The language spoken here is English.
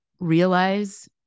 realize